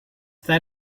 that